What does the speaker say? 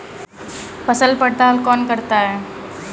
फसल पड़ताल कौन करता है?